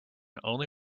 only